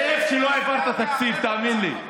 כאב שלא העברת תקציב, תאמין לי.